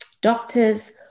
doctors